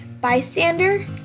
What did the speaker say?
Bystander